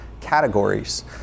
categories